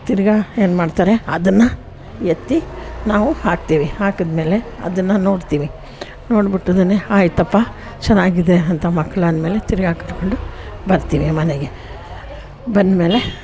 ತಿರ್ಗಾ ಏನುಮಾಡ್ತಾರೆ ಅದನ್ನು ಎತ್ತಿ ನಾವು ಹಾಕ್ತೀವಿ ಹಾಕಿದಮೇಲೆ ಅದನ್ನು ನೋಡ್ತೀನಿ ನೋಡಿಬಿಟ್ಟು ಅದನ್ನು ಆಯಿತಪ್ಪಾ ಚೆನ್ನಾಗಿದೆ ಅಂತ ಮಕ್ಕಳು ಆದಮೇಲೆ ತಿರ್ಗಾ ಕರ್ಕೊಂಡು ಬರ್ತೀನಿ ಮನೆಗೆ ಬಂದಮೇಲೆ